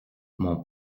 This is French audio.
mon